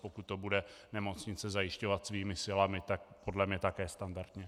Pokud to bude nemocnice zajišťovat svými silami, tak podle mě také standardně.